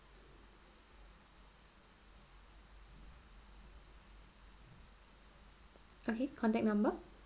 okay contact number